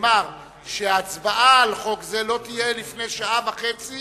נאמר שההצבעה על חוק זה לא תהיה לפני שעה וחצי